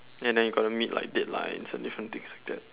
and then you gotta meet like deadlines and different things like that